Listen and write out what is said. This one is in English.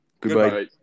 Goodbye